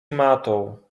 matoł